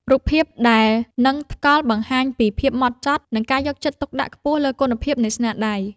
រូបភាពដែលនឹងថ្កល់បង្ហាញពីភាពហ្មត់ចត់ និង ការយកចិត្តទុកដាក់ខ្ពស់លើគុណភាពនៃស្នាដៃ។